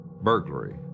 burglary